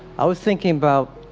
i was thinking about